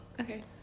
okay